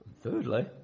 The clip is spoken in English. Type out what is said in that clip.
Thirdly